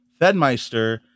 Fedmeister